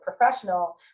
professional